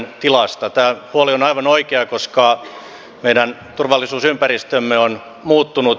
tämä huoli on aivan oikea koska meidän turvallisuusympäristömme on muuttunut